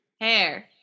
Hair